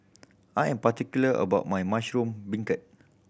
I am particular about my mushroom beancurd